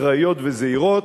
אחראיות וזהירות.